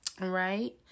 Right